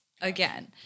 Again